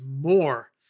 more